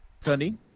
Tony